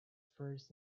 first